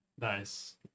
nice